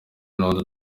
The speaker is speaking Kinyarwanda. n’undi